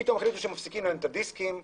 פתאום החליטו שמפסיקים להם את הדיסקים.